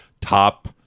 top